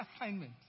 assignment